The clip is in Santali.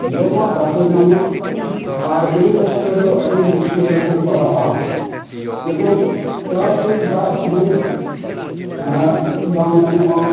ᱡᱚᱢᱟᱜ ᱵᱟᱠᱚ ᱧᱟᱢᱟ ᱟᱨ ᱩᱱ ᱚᱠᱛᱮ ᱫᱚ ᱟᱹᱰᱤ ᱢᱩᱥᱠᱤᱞ ᱨᱮᱠᱚ ᱯᱟᱲᱟᱣᱚᱜᱼᱟ ᱡᱮᱢᱚᱱ ᱯᱞᱟᱥᱴᱤᱠ ᱫᱟᱜ ᱠᱚ ᱵᱟᱝ ᱧᱟᱢᱚᱜᱼᱟ